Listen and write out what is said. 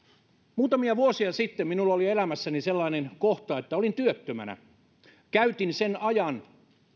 muutamia vuosia sitten minulla oli elämässäni sellainen kohta että olin työttömänä käytin sen ajan